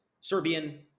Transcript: Serbian